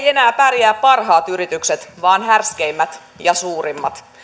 enää pärjää parhaat yritykset vaan härskeimmät ja suurimmat